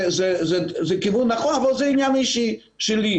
זה כיוון נכון אבל זה עניין אישי שלי.